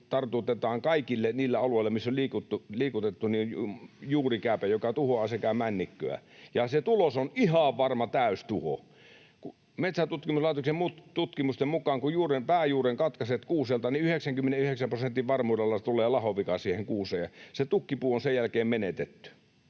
tartutetaan kaikille niille alueille, missä on liikutettu, juurikääpä, joka tuhoaa männikköä, ja se tulos on ihan varma täystuho. Metsäntutkimuslaitoksen tutkimusten mukaan kun pääjuuren katkaiset kuuselta, niin 99 prosentin varmuudella tulee lahovika siihen kuuseen. Se tukkipuu on sen jälkeen menetetty.